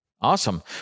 Awesome